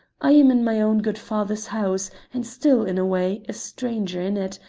i am in my own good father's house, and still, in a way, a stranger in it,